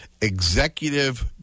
executive